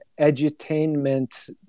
edutainment